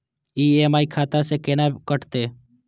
EMI खाता से केना कटते?